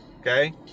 okay